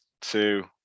two